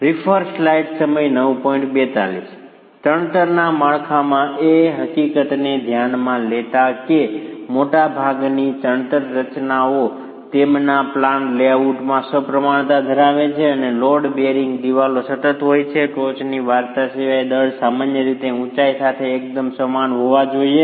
ચણતરના માળખામાં એ હકીકતને ધ્યાનમાં લેતા કે મોટાભાગની ચણતર રચનાઓ તેમના પ્લાન લેઆઉટમાં સપ્રમાણતા ધરાવે છે અને લોડ બેરિંગ દિવાલો સતત હોય છે ટોચની વાર્તા સિવાય દળ સામાન્ય રીતે ઊંચાઈ સાથે એકદમ સમાન હોવો જોઈએ